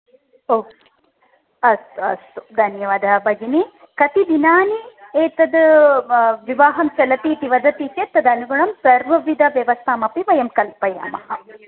ओ अस्तु अस्तु धन्यवादः भगिनि कति दिनानि एतद् विवाहं चलति इति वदति चेत् तदनुगुणं सर्वविधव्यवस्थामपि वयं कल्पयामः